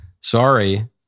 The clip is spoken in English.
sorry